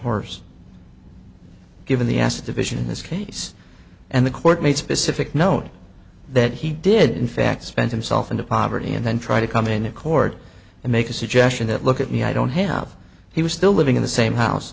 horse given the ass division in this case and the court made specific known that he did in fact spent himself into poverty and then try to come in accord and make a suggestion that look at me i don't have he was still living in the same house